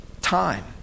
time